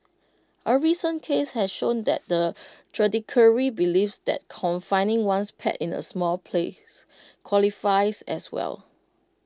A recent case has shown that the judiciary believes that confining one's pet in A small place qualifies as well